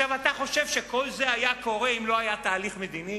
אתה חושב שכל זה היה קורה אם לא היה תהליך מדיני,